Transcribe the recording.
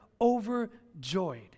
overjoyed